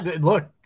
Look